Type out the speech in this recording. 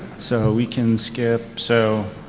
so we can skip, so,